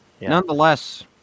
Nonetheless